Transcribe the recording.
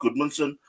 Goodmanson